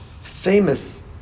famous